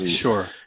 Sure